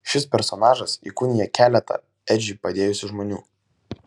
šis personažas įkūnija keletą edžiui padėjusių žmonių